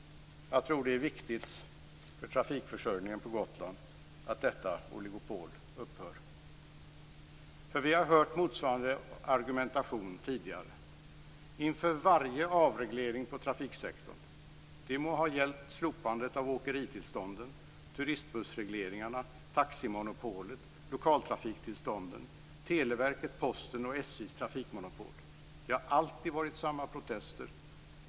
Jag tror att det är viktigt för trafikförsörjningen på Gotland att detta oligopol upphör. Vi har hört motsvarande argumentation tidigare inför varje avreglering på trafiksektorn, det må ha gällt slopandet av åkeritillstånden, turistbussregleringarna, taximonopolet, lokaltrafiktillstånden, Televerket, Posten och SJ:s trafikmonopol. Det har alltid varit samma protester.